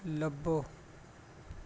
ਲੱਭੋ